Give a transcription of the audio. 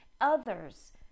others